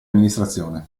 amministrazione